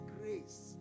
grace